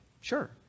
sure